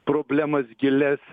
problemas gilias